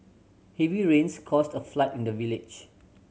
heavy rains caused a flood in the village